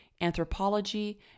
anthropology